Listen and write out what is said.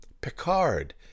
Picard